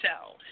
sell